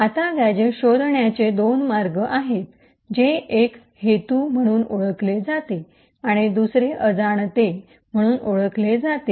आता गॅझेट्स शोधण्याचे दोन मार्ग आहेत जे एक हेतू इन्टेन्डड- Intended म्हणून ओळखले जाते आणि दुसरे अजाणते अनइन्टेन्डड- Unintended म्हणून ओळखले जातात